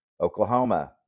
Oklahoma